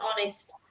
honest